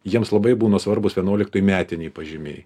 jiems labai būna svarbūs vienuoliktoj metiniai pažymiai